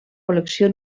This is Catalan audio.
col·lecció